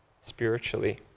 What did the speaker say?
spiritually